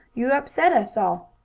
you upset us all.